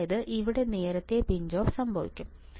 അതായത് ഇവിടെ നേരത്തെ പിഞ്ച് ഓഫ് സംഭവിക്കും